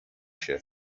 się